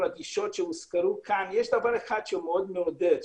הגישות שהוזכרו כאן יש דבר אחד מעודד מאוד,